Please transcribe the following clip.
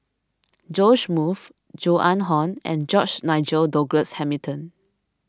Joash Moo Joan Hon and George Nigel Douglas Hamilton